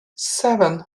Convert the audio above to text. seven